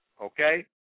okay